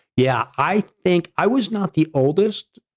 yeah, i think i was not the oldest,